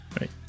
Right